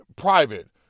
private